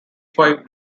five